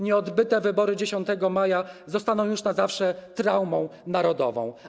Nieodbyte wybory 10 maja zostaną już na zawsze traumą narodową.